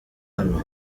hano